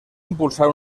impulsar